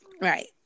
Right